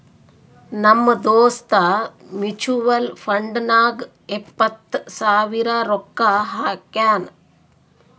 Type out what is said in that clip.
ನಮ್ ದೋಸ್ತ mutual fund ನಾಗ್ ಎಪ್ಪತ್ ಸಾವಿರ ರೊಕ್ಕಾ ಹಾಕ್ಯಾನ್